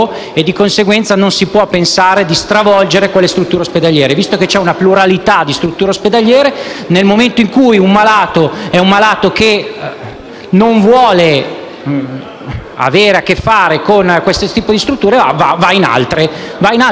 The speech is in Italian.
pluralità di strutture ospedaliere, nel momento in cui un malato non vuole avere a che fare con questo tipo di strutture, va in altre e non ci sono problemi. Però a quelle strutture bisogna lasciare la libertà di scelta.